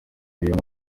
niwo